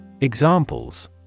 Examples